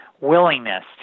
willingness